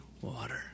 water